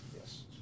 Yes